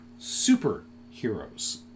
superheroes